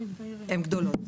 הן גדולות.